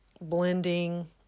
blending